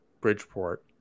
Bridgeport